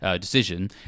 decision